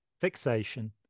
fixation